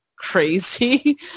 Crazy